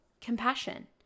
Compassion